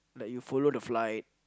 like you follow the flight